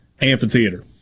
Amphitheater